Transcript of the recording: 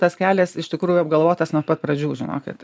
tas kelias iš tikrųjų apgalvotas nuo pat pradžių žinokit